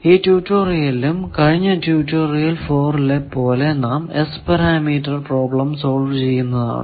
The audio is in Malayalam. ഈ ട്യൂട്ടോറിയലിലും കഴിഞ്ഞ ട്യൂട്ടോറിയൽ 4 ലെ പോലെ നാം S പാരാമീറ്റർ പ്രോബ്ലം സോൾവ് ചെയ്യുന്നതാണ്